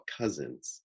cousins